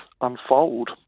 unfold